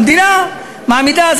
המדינה מעמידה,